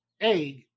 egg